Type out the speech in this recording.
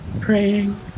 praying